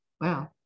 wow